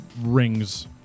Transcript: rings